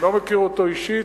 אני לא מכיר אותו אישית,